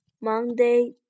Monday